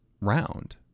round